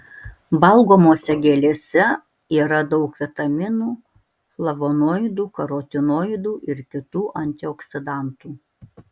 valgomose gėlėse yra daug vitaminų flavonoidų karotinoidų ir kitų antioksidantų